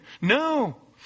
No